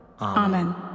Amen